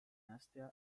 nahastea